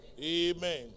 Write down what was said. Amen